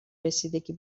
رسیدگی